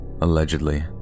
Allegedly